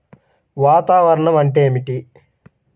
వాతావరణం అంటే ఏమిటి?